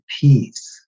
peace